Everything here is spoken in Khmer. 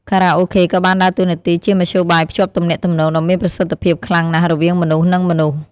ខារ៉ាអូខេក៏បានដើរតួនាទីជាមធ្យោបាយភ្ជាប់ទំនាក់ទំនង ដ៏មានប្រសិទ្ធភាពខ្លាំងណាស់រវាងមនុស្សនិងមនុស្ស។